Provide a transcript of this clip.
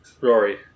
Rory